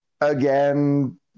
again